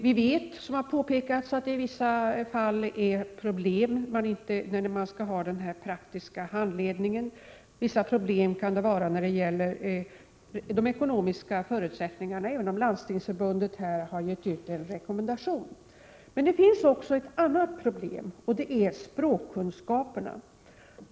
Vi vet att det, som har påpekats, i vissa fall uppstår problem när man skall ha denna praktiska handledning och att det kan vara vissa problem när det gäller de ekonomiska förutsättningarna, även om Landstingsförbundet här har gett ut en rekommendation. Men det finns också ett annat problem, och det är språkkunskaperna.